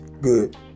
Good